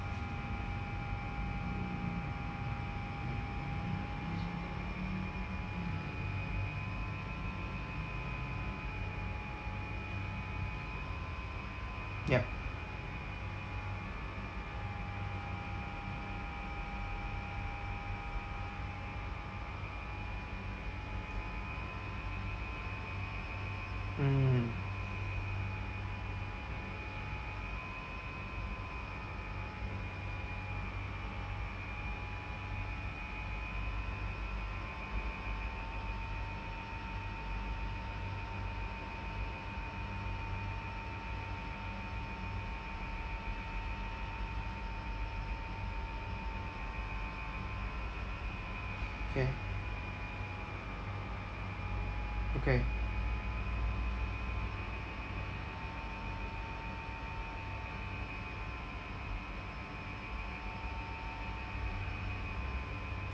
yup mm K okay